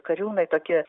kariūnai tokie